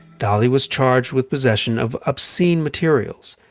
dolly was charged with possession of obscene materials.